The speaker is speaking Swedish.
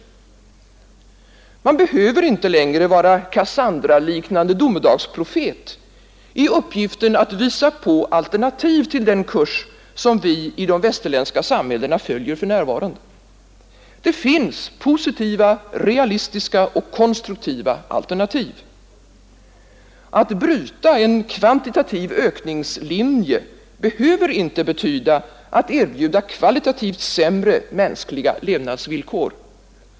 Man behöver inte längre vara en Cassandraliknande domedagsprofet i uppgiften att visa på alternativ till den kurs som vi i de västerländska samhällena följer för närvarande. Det finns positiva, realistiska och konstruktiva alternativ. Att bryta en kvantitativ ökningslinje behöver inte betyda att erbjuda kvalitativt sämre mänskliga levnadsvillkor.